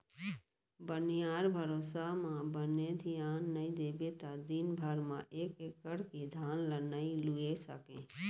बनिहार भरोसा म बने धियान नइ देबे त दिन भर म एक एकड़ के धान ल नइ लूए सकें